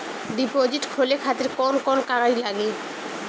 Deposit खोले खातिर कौन कौन कागज लागी?